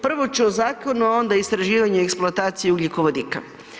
Prvo ću o Zakonu, a onda o istraživanju i eksploataciji ugljikovodika.